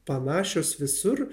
panašios visur